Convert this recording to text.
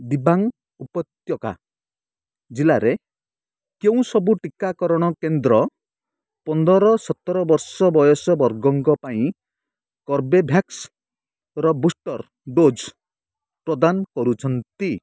ଦିବାଙ୍ଗ୍ ଉପତ୍ୟକା ଜିଲ୍ଲାରେ କେଉଁ ସବୁ ଟିକାକରଣ କେନ୍ଦ୍ର ପନ୍ଦର ସତର ବର୍ଷ ବୟସ ବର୍ଗଙ୍କ ପାଇଁ କର୍ବେଭ୍ୟାକ୍ସର ବୁଷ୍ଟର୍ ଡୋଜ୍ ପ୍ରଦାନ କରୁଛନ୍ତି